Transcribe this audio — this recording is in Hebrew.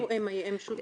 הם שותפים.